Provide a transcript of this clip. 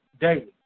daily